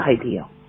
ideal